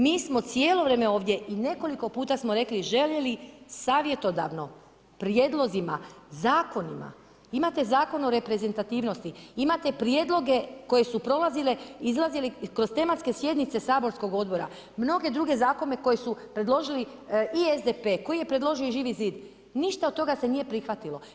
Mi smo cijelo vrijeme ovdje i nekoliko puta smo rekli i željeli savjetodavno, prijedlozima, zakonima, imate Zakon o reprezentativnosti, imate prijedloge koje su prolazili, izlazili kroz tematske sjednice saborskog odbora, nmnogde druge zakone koji su predložili i SDP, koji je predložio i Živi zid, ništa od toga se nije prihvatilo.